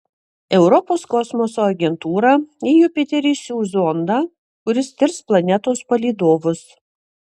europos kosmoso agentūra į jupiterį siųs zondą kuris tirs planetos palydovus